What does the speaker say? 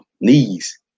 Knees